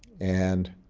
and